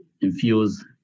infuse